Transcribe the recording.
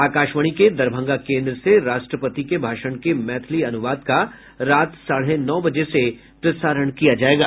आकाशवाणी के दरभंगा केंद्र से राष्ट्रपति के भाषण के मैथिली अनुवाद का रात साढ़े नौ बजे से प्रसारण किया जायेगा